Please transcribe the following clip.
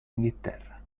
inghilterra